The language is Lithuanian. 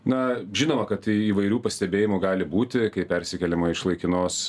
na žinoma kad įvairių pastebėjimų gali būti kai persikeliama iš laikinos